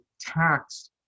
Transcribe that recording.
taxed